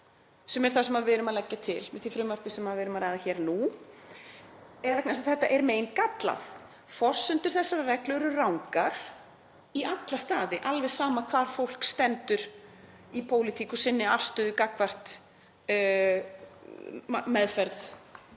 sem er það sem við erum að leggja til með því frumvarpi sem við erum að ræða hér nú, er að það er meingallað. Forsendur þessarar reglu eru rangar í alla staði, alveg sama hvar fólk stendur í pólitík, í afstöðu sinni gagnvart meðferð